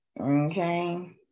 okay